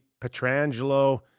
Petrangelo